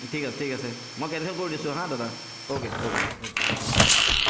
ঠিক আছে ঠিক আছে মই কেনচেল কৰি দিছোঁ হা দাদা অ' কে অ' কে অ' কে